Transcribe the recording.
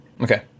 Okay